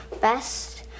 best